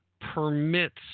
permits